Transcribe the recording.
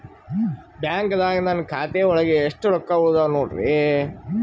ಬ್ಯಾಂಕ್ದಾಗ ನನ್ ಖಾತೆ ಒಳಗೆ ಎಷ್ಟ್ ರೊಕ್ಕ ಉಳದಾವ ನೋಡ್ರಿ?